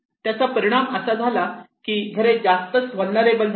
त्याचा परिणाम असा झाला की घरे जास्तच व्हलनेरलॅबल झाली